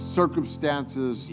circumstances